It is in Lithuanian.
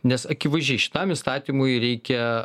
nes akivaizdžiai šitam įstatymui reikia